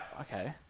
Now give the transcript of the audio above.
Okay